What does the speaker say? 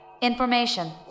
Information